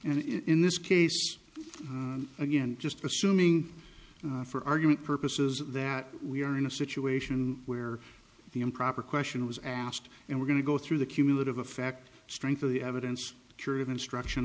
and in this case again just pursuing for argument purposes that we are in a situation where the improper question was asked and we're going to go through the cumulative effect strength of the evidence curative instruction